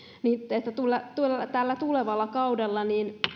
niin tällä tulevalla kaudella